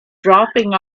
dropping